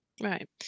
Right